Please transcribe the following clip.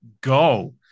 go